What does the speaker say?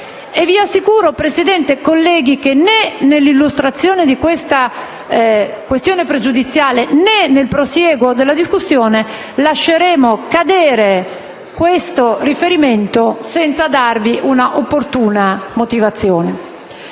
Vi assicuro, signora Presidente e colleghi, che né nell'illustrazione di questa questione pregiudiziale, né nel prosieguo della discussione lasceremo cadere questo riferimento, senza darvi un'opportuna motivazione.